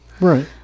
right